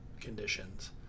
conditions